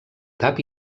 tap